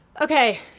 Okay